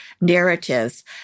narratives